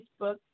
facebook